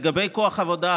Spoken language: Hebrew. לגבי כוח עבודה,